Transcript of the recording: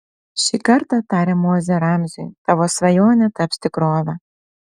šį kartą tarė mozė ramziui tavo svajonė taps tikrove